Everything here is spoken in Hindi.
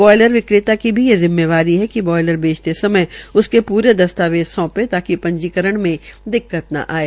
बॉयलर विक्रेता की भी जिम्मेदारी है कि वो बॉलयर बेचते समय उसके पूरे दस्तावेज़ सौंपे ताकि पंजीकरण में दिक्कत न आये